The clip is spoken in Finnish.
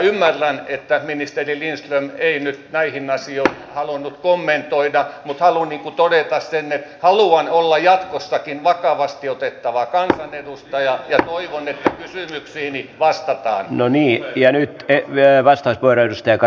ymmärrän että ministeri lindström ei nyt näitä asioita halunnut kommentoida mutta haluan todeta sen että haluan olla jatkossakin vakavasti otettava kansanedustaja ja toivon että rypsiini vastata niille jäänyt mieleen vasta kysymyksiini vastataan